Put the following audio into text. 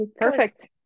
perfect